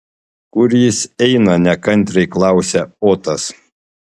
kur jis eina nekantriai klausia otas